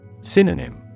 Synonym